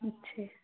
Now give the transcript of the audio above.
अच्छा